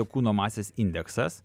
kūno masės indeksas